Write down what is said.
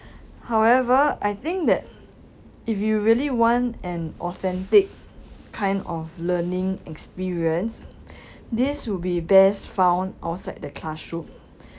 however I think that if you really want an authentic kind of learning experience this will be best found outside the classroom